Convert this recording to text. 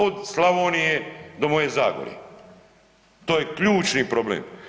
Od Slavonije do moje Zagore, to je ključni problem.